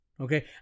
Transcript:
okay